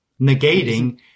Negating